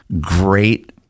great